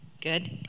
good